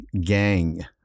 gang